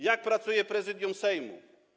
Jak pracuje Prezydium Sejmu?